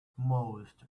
most